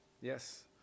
yes